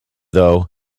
though